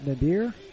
Nadir